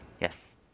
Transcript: Yes